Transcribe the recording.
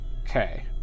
Okay